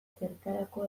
zertarako